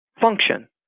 function